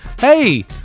hey